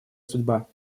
судьба